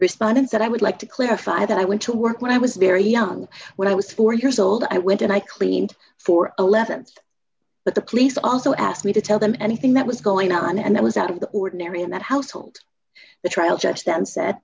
respondents that i would like to clarify that i went to work when i was very young when i was four years old i went and i cleaned for th but the police also asked me to tell them anything that was going on and that was out of the ordinary in that household the trial judge that said